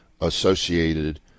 associated